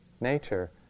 nature